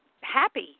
happy